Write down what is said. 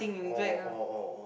all all all all